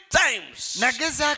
times